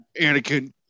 Anakin